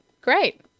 Great